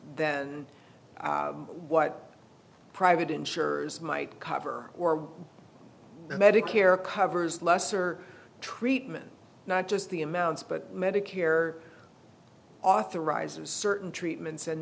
than what private insurers might cover or medicare covers lesser treatment not just the amounts but medicare authorizes certain treatments and